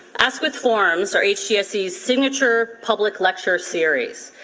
askwith forums are hgse's signature public lecture series.